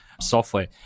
software